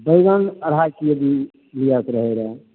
बैगन अढ़ाइ किलो लियके रहै रए